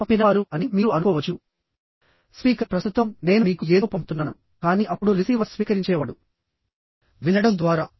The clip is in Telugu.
పంపినవారు అని మీరు అనుకోవచ్చు స్పీకర్ ప్రస్తుతం నేను మీకు ఏదో పంపుతున్నాను కానీ అప్పుడు రిసీవర్ స్వీకరించేవాడు వినడం ద్వారా